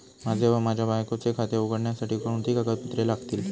माझे व माझ्या बायकोचे खाते उघडण्यासाठी कोणती कागदपत्रे लागतील?